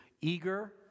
eager